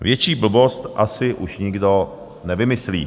Větší blbost asi už nikdo nevymyslí.